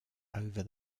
over